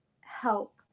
help